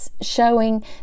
showing